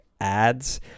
ads